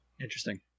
Interesting